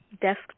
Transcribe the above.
desk